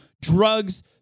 drugs